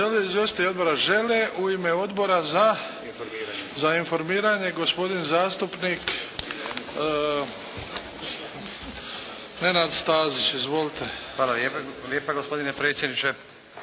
Hvala lijepa gospodine predsjedniče.